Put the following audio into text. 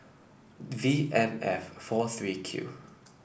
V M F four three Q